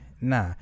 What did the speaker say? nah